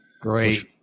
Great